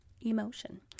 emotion